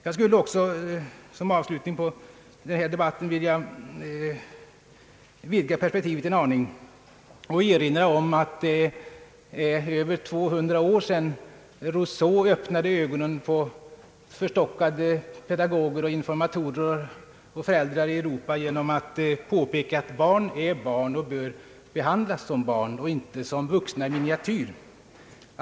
Jag skulle som avslutning på denna debatt vilja vidga perspektivet en aning genom att erinra om att det är över 200 år sedan Rousseau öppnade ögonen på förstockade pedagoger, informatorer och föräldrar i Europa genom att påpeka att barn är barn och bör behandlas som barn och inte som vuxna i miniatyr.